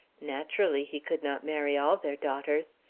naturally he could not marry all their daughters.